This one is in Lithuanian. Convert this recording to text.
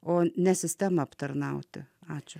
o ne sistemą aptarnauti ačiū